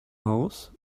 house